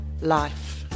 life